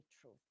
truth